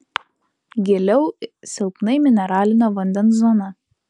giliau silpnai mineralinio vandens zona